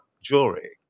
jewelry